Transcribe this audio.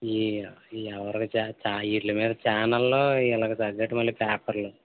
ఈ ఎవరి వీళ్ళ మీద ఛానెళ్లు వీళ్ళకి తగ్గట్టు మళ్ళి పేపర్లు